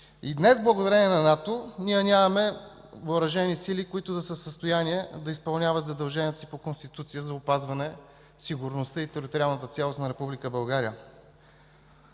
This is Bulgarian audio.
И днес благодарение на НАТО ние нямаме въоръжени сили, които да са в състояние да изпълняват задълженията си по Конституция за опазване на сигурността и териториалната цялост на Република